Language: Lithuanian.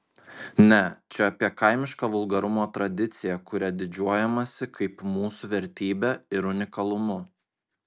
ne čia apie kaimišką vulgarumo tradiciją kuria didžiuojamasi kaip mūsų vertybe ir unikalumu